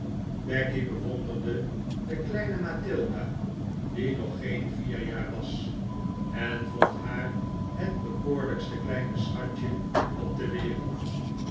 becky bewonderde de kleine matilda die nog geen vier jaar was en vond haar het bekoorlijkste kleine schatje op de wereld